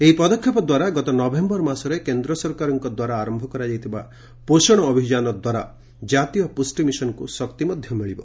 ଏହି ପଦକ୍ଷେପ ଦ୍ୱାରା ଗତ ନଭେମ୍ବର ମାସରେ କେନ୍ଦ୍ର ସରକାରଙ୍କ ଦ୍ୱାରା ଆରମ୍ଭ କରାଯାଇଥିବା ପୋଷଣ ଅଭିଯାନଦ୍ୱାରା ଜ୍ଞାତୀୟ ପୁଷ୍ଟି ମିଶନକୁ ଶକ୍ତି ମିଳିବ